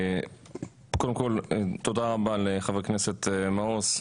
קודם כול, תודה רבה לחבר הכנסת מעוז.